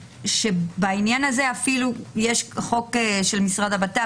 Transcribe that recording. בעניין הזה אפילו יש חוק של משרד הבט"פ